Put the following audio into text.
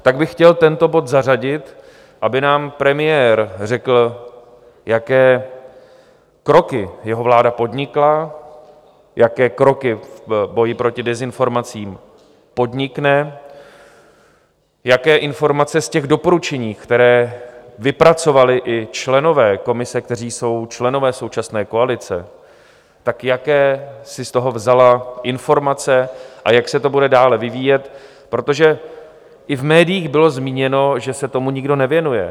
Tak bych chtěl tento bod zařadit, aby nám premiér řekl, jaké kroky jeho vláda podnikla, jaké kroky v boji proti dezinformacím podnikne, jaké informace z těch doporučení, která vypracovali i členové komise, kteří jsou členové současné koalice, jaké si z toho vzala informace a jak se to bude dále vyvíjet, protože i v médiích bylo zmíněno, že se tomu nikdo nevěnuje.